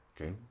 Okay